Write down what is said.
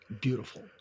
beautiful